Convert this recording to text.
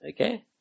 Okay